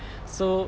so